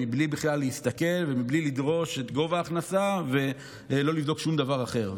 בלי להסתכל בכלל ובלי לדרוש את גובה ההכנסה ולא לדרוש שום דבר אחר.